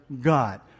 God